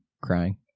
crying